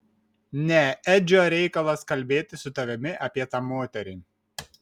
ne edžio reikalas kalbėti su tavimi apie tą moterį